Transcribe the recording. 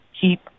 keep